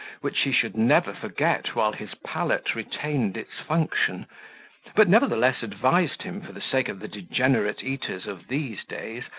which he should never forget while his palate retained its function but nevertheless advised him, for the sake of the degenerate eaters of these days,